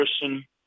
person